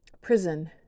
prison